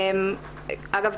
אגב,